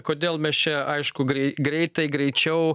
kodėl mes čia aišku greit greitai greičiau